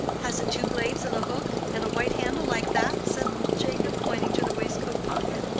has it two blades and a hook and a white handle like that? said jacob, pointing to the waistcoat-pocket.